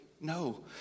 No